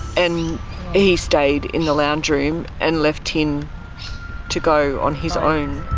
and he stayed in the lounge room and left tin to go on his own.